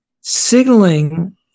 signaling